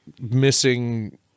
missing